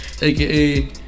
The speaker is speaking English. aka